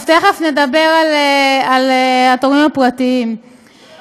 ישיבת עוד יוסף חי, שפגעה בחיילי צה"ל,